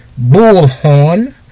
Bullhorn